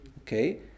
Okay